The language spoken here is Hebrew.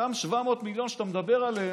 אותם 700 מיליון שאתה מדבר עליהם,